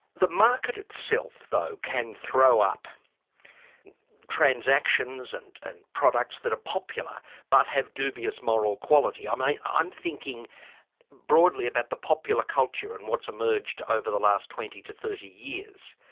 the market itself though, can throw up transactions and and products that are popular but have dubious moral quality. um i mean, i'm thinking broadly about the popular culture and what's emerged over the last twenty to thirty years.